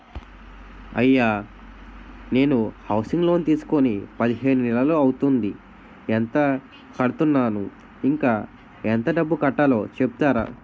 అయ్యా నేను housing loan తీసుకొని పదిహేను నెలలు అవుతోందిఎంత కడుతున్నాను, ఇంకా ఎంత డబ్బు కట్టలో చెప్తారా?